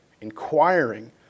inquiring